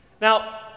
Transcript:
Now